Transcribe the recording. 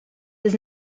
was